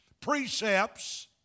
precepts